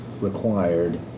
required